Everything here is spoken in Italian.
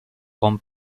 con